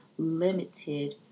Limited